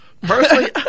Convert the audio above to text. Personally